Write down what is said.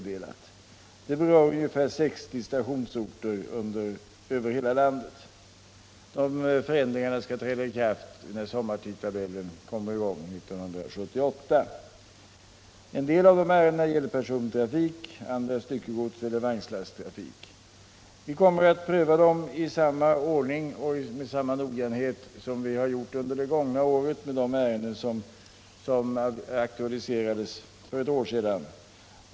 De berör ungefär 60 stationsorter över hela landet. Förändringarna skall träda i kraft med sommartidtabellen 1978. En del av ärendena gäller persontrafik, andra gäller styckegodseller vagnslasttrafik. Vi kommer att pröva ärendena i samma ordning och med samma noggrannhet som vi gjort under det gångna året med de ärenden som aktualiserades för ett år sedan.